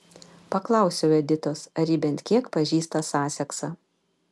paklausiau editos ar ji bent kiek pažįsta saseksą